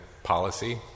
policy